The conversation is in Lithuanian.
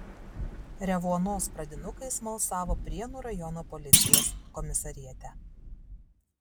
revuonos pradinukai smalsavo prienų rajono policijos komisariate